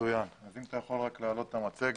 יש לנו מצגת.